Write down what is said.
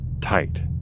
tight